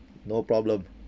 no problem